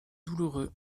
douloureux